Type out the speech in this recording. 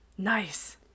nice